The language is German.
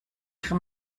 ihre